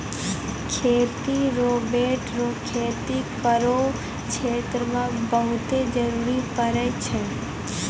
खेती रोवेट रो खेती करो क्षेत्र मे बहुते जरुरी पड़ै छै